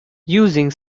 using